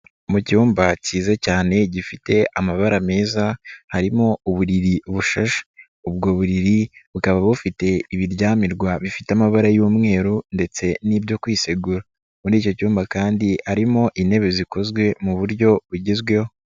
Mu cyumba cyiza cyane gifite amabara meza harimo uburiri busha, ubwo buriri bukaba bufite ibiryamirwa bifite amabara y'umweru ndetse n'ibyo kwisegura, muri icyo cyumba kandi harimo intebe zikozwe mu buryo bugezweho.